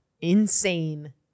insane